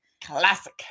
Classic